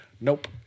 nope